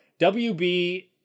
WB